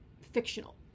fictional